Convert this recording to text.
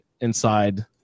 inside